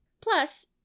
Plus